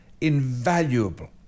invaluable